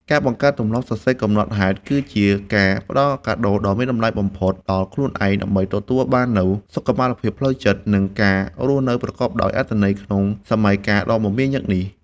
ការបង្កើតទម្លាប់សរសេរកំណត់ហេតុ គឺជាការផ្ដល់កាដូដ៏មានតម្លៃបំផុតដល់ខ្លួនឯង ដើម្បីទទួលបាននូវ សុខុមាលភាពផ្លូវចិត្ត និងការរស់នៅប្រកបដោយអត្ថន័យក្នុងសម័យកាលដ៏មមាញឹកនេះ។